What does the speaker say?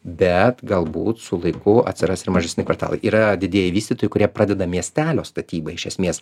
bet galbūt su laiku atsiras ir mažesni kvartalai yra didieji vystytojai kurie pradeda miestelio statyba iš esmės